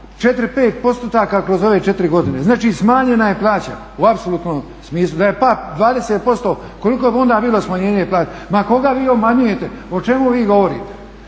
kroz ove 4 godine. Znači, smanjena je plaća u apsolutnom smislu. Da je pao 20% koliko bi onda bilo smanjenje plaća? Ma koga vi obmanjujete? O čemu vi govorite?